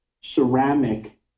ceramic